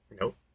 Nope